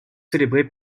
célébrées